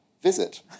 Visit